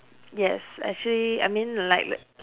yes actually I mean like